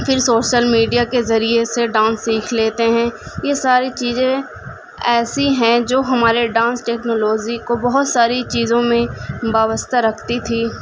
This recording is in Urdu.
پھر سوشل میڈیا کے ذریعے سے ڈانس سیکھ لیتے ہیں یہ ساری چیزیں ایسی ہیں جو ہمارے ڈانس ٹیکنالوجی کو بہت ساری چیزوں میں وابستہ رکھتی تھیں